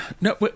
No